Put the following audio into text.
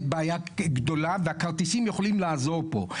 בעיה גדולה והכרטיסים יכולים לעזור פה.